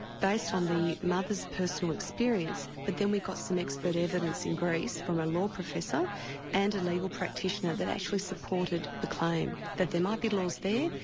based on the mother's personal experience. but then we got some expert evidence in greece, from a law professor and a legal practitioner that actually supported the claim. that there might be laws there,